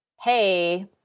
Hey